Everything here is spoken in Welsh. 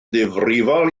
ddifrifol